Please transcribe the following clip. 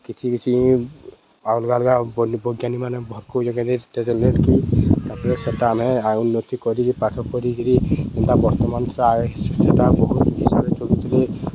କିଛି କିଛି ଅଲ୍ଗା ଅଲ୍ଗା ବୈଜ୍ଞାନୀକମାନେ ତା'ପରେ ସେଟା ଆମେ ଉନ୍ନତି କରି ପାଠ ପଢ଼ିକିରି ଯେନ୍ତା ବର୍ତ୍ତମାନ ସେଟା ସେଟା ବହୁତ୍ ହିସାବରେ ଚଳୁଥିଲେ